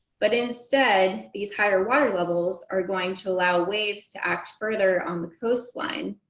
but instead, these higher water levels are going to allow waves to act further on the coastline.